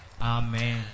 Amen